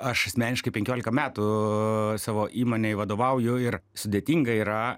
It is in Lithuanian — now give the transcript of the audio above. aš asmeniškai penkiolika metų savo įmonei vadovauju ir sudėtinga yra